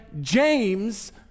James